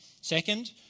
Second